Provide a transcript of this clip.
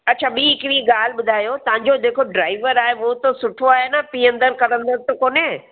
अच्छा ॿी हिकिड़ी ॻाल्हि ॿुधायो तव्हांजो जेको ड्राइवर आहे उहो त सुठो आहे न पीअंदड़ करंदड़ त कोन्हे